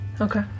okay